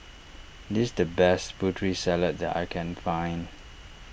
this the best Putri Salad that I can find